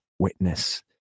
witness